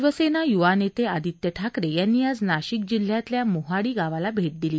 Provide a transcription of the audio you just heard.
शिवसेना य्वा नेते आदित्य ठाकरे यांनी आज नाशिक जिल्ह्यातल्या मोहाडी गावाला भेट दिली